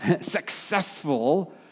successful